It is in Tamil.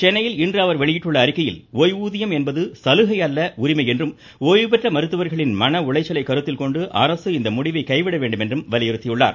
சென்னையில் இன்று அவர் வெளியிட்டுள்ள அறிக்கையில் ஓய்வூதியம் என்பது சலுகை அல்ல உரிமை என்றும் ஓய்வு பெற்ற மருத்துவர்களை மன உளைச்சலை கருத்தில் கொண்டு அரசு இந்த முடிவை கைவிட வேண்டும் என்று கேட்டுக்கொண்டுள்ளார்